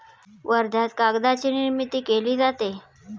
वर्ध्यात कागदाची निर्मिती केली जाते